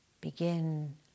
begin